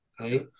okay